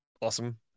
awesome